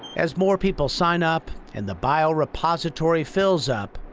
as more people sign up, and the biorepository fills up,